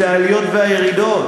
את העליות והירידות.